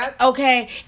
Okay